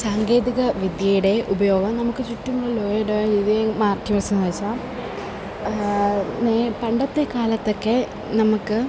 സാങ്കേതികവിദ്യയുടെ ഉപയോഗം നമുക്ക് ചുറ്റുമുള്ള മാറ്റിവെച്ചതെന്നുവെച്ചാല് പണ്ടത്തെ കാലത്തൊക്കെ നമ്മള്ക്ക്